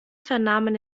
vernahmen